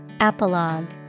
Apologue